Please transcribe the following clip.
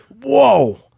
whoa